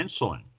insulin